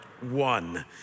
one